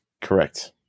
Correct